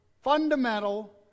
fundamental